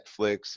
Netflix